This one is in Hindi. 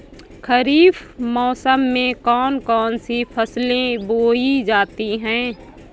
खरीफ मौसम में कौन कौन सी फसलें बोई जाती हैं?